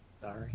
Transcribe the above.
Sorry